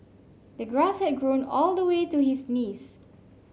the grass had grown all the way to his knees